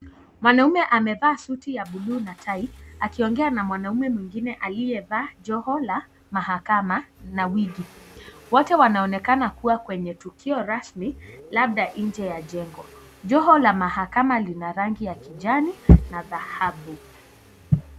Mwanaume amevaa suti ya buluu na tai, akiongea na mwanaume mwingine aliyevaa joho la mahakama na wigi, wote wanaonekana kuwa kwenye tukio rasmi labda nje ya jengo, joho la mahakama lina rangi ya kijani na dhahabu.